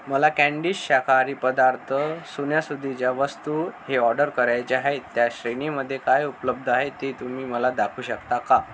मला कँडी शाकाहारी पदार्थ सणासुदीच्या वस्तू हे ऑर्डर करायचे हाय त्या श्रेणीमध्ये काय उपलब्ध आहे ते तुम्ही मला दाखवू शकता का